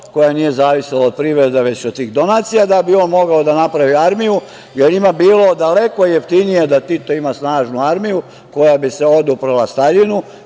koja nije zavisila od privrede već od tih donacija, da bi on mogao da napravi armiju, jer je njima bilo daleko jeftinije da Tito ima snažnu armiju koja bi se oduprla Staljinu